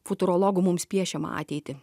futurologų mums piešiamą ateitį